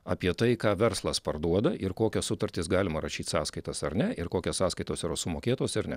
apie tai ką verslas parduoda ir kokias sutartis galima rašyt sąskaitas ar ne ir kokios sąskaitos yra sumokėtos ir ne